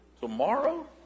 Tomorrow